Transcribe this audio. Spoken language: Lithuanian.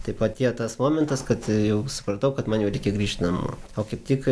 taip atėjo tas momentas kad jau supratau kad man jau reikia grįžt namo o kaip tik